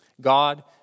God